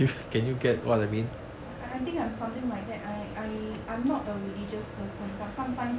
I I think I'm something like that I I I'm not a religious person but sometimes